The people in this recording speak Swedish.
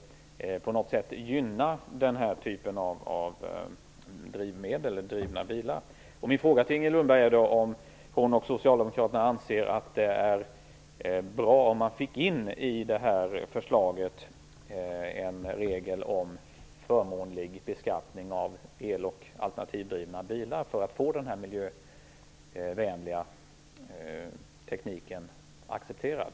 På något sätt borde denna typ av bilar gynnas. Anser Inger Lundberg och Socialdemokraterna att det vore bra om man fick in en regel om förmånlig beskattning av el och alternativdrivna bilar i förslaget för att få den miljlövänliga tekniken accepterad?